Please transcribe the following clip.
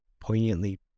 poignantly